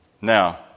Now